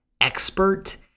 expert